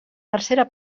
tercera